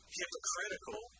hypocritical